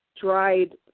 dried